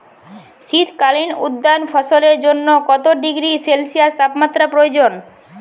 শীত কালীন উদ্যান ফসলের জন্য কত ডিগ্রী সেলসিয়াস তাপমাত্রা প্রয়োজন?